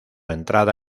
entrada